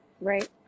Right